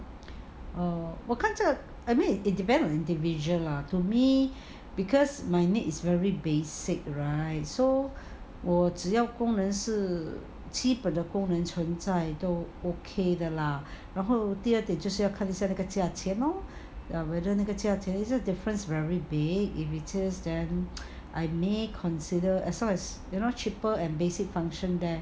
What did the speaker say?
err 我看这 I mean it depend on individual lah to me because my needs very basic right so 我只要功能是基本的的功能存在都 okay 的 lah 然后第二点就是要看那个价钱 lor ya whether 那个价钱 is the difference very big if it is then I may consider as long as you know cheaper and basic function there